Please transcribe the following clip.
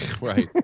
Right